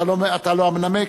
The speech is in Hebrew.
אתה לא המנמק?